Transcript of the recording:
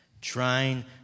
trying